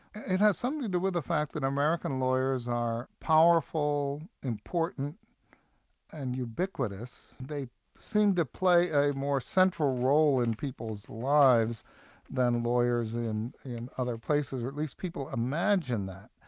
it has something to do with the fact that american lawyers are powerful, important and ubiquitous, they seem to play a more central role in people's lives than lawyers in in other places, or at least people imagine that,